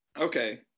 Okay